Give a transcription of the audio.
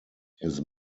his